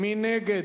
מי נגד?